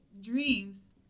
dreams